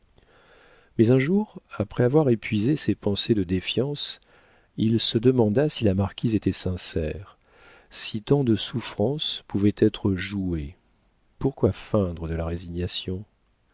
mais un jour après avoir épuisé ses pensées de défiance il se demanda si la marquise était sincère si tant de souffrances pouvaient être jouées pourquoi feindre de la résignation